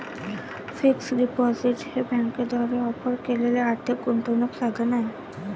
fixed deposit हे बँकांद्वारे offer केलेले आर्थिक गुंतवणूक साधन आहे